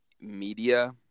media